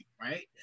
right